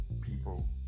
people